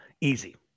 easy